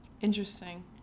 Interesting